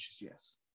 yes